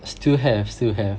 still have still have